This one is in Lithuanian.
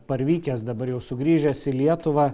parvykęs dabar jau sugrįžęs į lietuvą